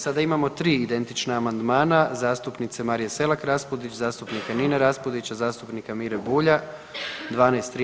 Sada imamo tri identična amandmana zastupnice Marije Selak Raspudić, zastupnika Nine Raspudića, zastupnika Mire Bulja, 12,